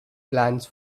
plans